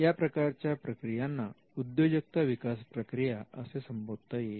या प्रकारच्या प्रक्रियांना उद्योजकता विकास प्रक्रिया असे संबोधता येईल